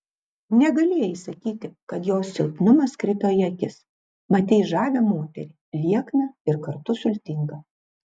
negalėjai sakyti kad jos silpnumas krito į akis matei žavią moterį liekną ir kartu sultingą